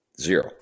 zero